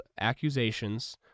accusations